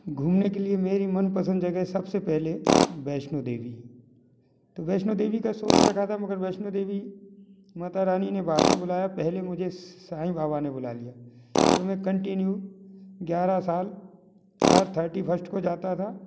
घूमने के लिए मेरी मन पसंद जगह सब से पेहले वैष्णो देवी तो वैष्णो देवी का सोच रखा था मगर वैष्णो देवी माता रानी ने बाद मे बुलाया पहले मुझे साई बाबा ने बुला लिया तो मैं कन्टिन्यू ग्यारह साल हर थर्टी फर्स्ट को जाता था